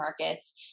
markets